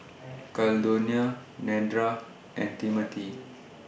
Caldonia Nedra and Timmothy